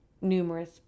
numerous